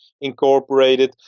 Incorporated